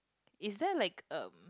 is there like a